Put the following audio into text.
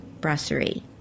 brasserie